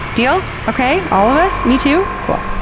deal? okay? all of us? me too? cool.